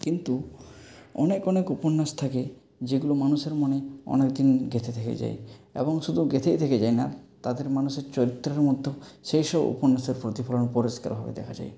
কিন্তু অনেক অনেক উপন্যাস থাকে যেগুলো মানুষের মনে অনেকদিন গেঁথে থেকে যায় এবং শুধু গেঁথেই থেকে যায় না তাদের মানুষদের চরিত্রের মধ্যেও সেই সব উপন্যাসের প্রতিফলন পরিষ্কার ভাবে দেখা যায়